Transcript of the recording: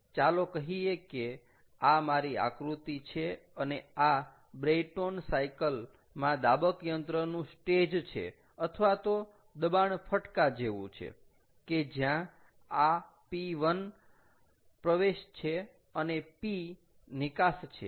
ચાલો કહીએ કે આ મારી આકૃતિ છે અને આ બ્રેયટોન સાયકલ માં દાબક યંત્રનું સ્ટેજ છે અથવા તો દબાણ ફટકા જેવું છે કે જ્યાં આ P1 પ્રવેશ છે અને P નિકાસ છે